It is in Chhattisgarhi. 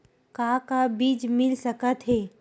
का का बीज मिल सकत हे?